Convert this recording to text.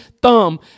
thumb